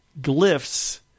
glyphs